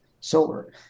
solar